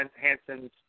Hanson's